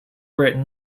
written